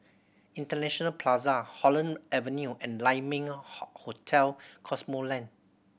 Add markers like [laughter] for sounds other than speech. International Plaza Holland Avenue and Lai Ming [unintelligible] Hotel Cosmoland